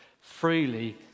Freely